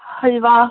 हलवा